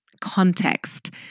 context